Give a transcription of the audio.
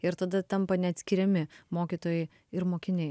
ir tada tampa neatskiriami mokytojai ir mokiniai